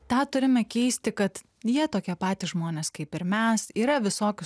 tą turime keisti kad jie tokie patys žmonės kaip ir mes yra visokių